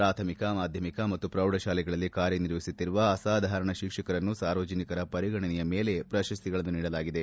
ಪ್ರಾಥಮಿಕ ಮಾಧ್ಯಮಿಕ ಮತ್ತು ಪ್ರೌಢಶಾಲೆಗಳಲ್ಲಿ ಕಾರ್ಯ ನಿರ್ವಹಿಸುತ್ತಿರುವ ಅಸಾಧಾರಣ ಶಿಕ್ಷಕರನ್ನು ಸಾರ್ವಜನಿಕರ ಪರಿಗಣನೆಯ ಮೇಲೆ ಪ್ರಶಸ್ತಿಗಳನ್ನು ನೀಡಲಾಗಿದೆ